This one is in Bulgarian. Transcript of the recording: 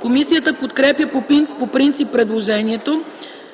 Комисията подкрепя по принцип предложението.